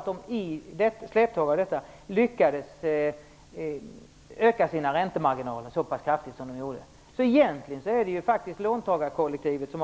Till en följd av detta lyckades bankerna öka sina räntemarginaler så pass kraftigt som de gjorde. Egentligen är det faktiskt låntagarkollektivet